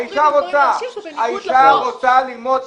האישה רוצה ללמוד עם נשים.